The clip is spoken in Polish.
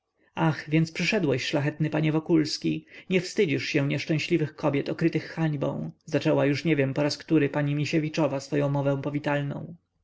ach więc przyszedłeś szlachetny panie wokulski nie wstydzisz się nieszczęśliwych kobiet okrytych hańbą zaczęła nie wiem już który raz pani misiewiczowa swoję mowę powitalną